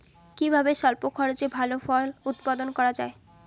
কিভাবে স্বল্প খরচে ভালো ফল উৎপাদন করা যায়?